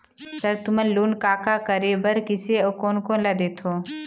Sir तुमन loan का का करें बर, किसे अउ कोन कोन ला देथों?